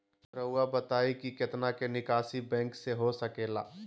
रहुआ बताइं कि कितना के निकासी बैंक से हो सके ला?